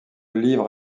livre